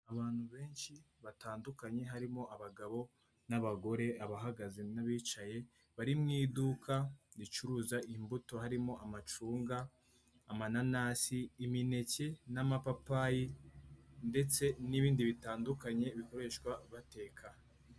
Abantu benshi batandukanye harimo abagabo n'abagore, abahagaze n'abicaye, bari mu iduka ricuruza imbuto harimo amacunga, amananasi, imineke n'amapapayi, ndetse n'ibindi bitandukanye bikoreshwa bateka.